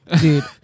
Dude